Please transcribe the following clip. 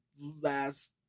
last